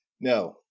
No